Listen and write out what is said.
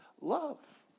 love